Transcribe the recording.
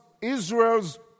Israel's